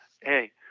hey